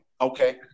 Okay